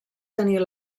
tenir